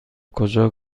کجا